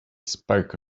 spoke